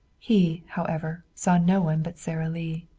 he, however, saw no one but sara lee.